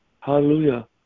Hallelujah